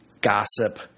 gossip